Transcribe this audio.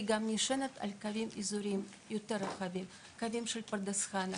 היא גם נשענת על קווים אזוריים יותר רחבים קווים של פרדס חנה,